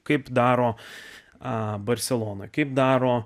kaip daro a barselona kaip daro